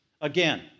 again